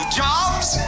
jobs